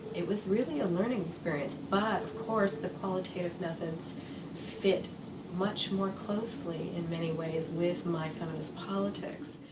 it was really a learning experience but, of course, the qualitative method fit much more closely in many ways with my feminist politics.